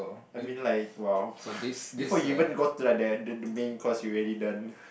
I mean like !wow! before you even go to the main course you already done